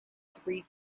three